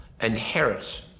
inherit